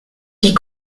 die